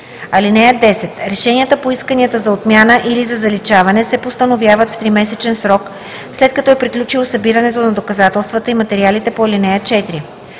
ново. (10) Решенията по исканията за отмяна или за заличаване се постановяват в тримесечен срок, след като е приключило събирането на доказателствата и материалите по ал. 4.